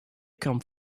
come